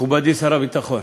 מכובדי שר הביטחון,